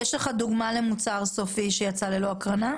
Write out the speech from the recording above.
יש לך דוגמה למוצר סופי שיצא ללא הקרנה?